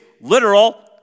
literal